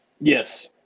yes